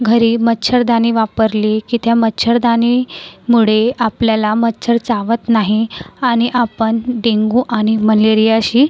घरी मच्छरदाणी वापरली की त्या मच्छरदाणी मुळे आपल्याला मच्छर चावत नाही आणि आपण डेंगू आणि मलेरियाशी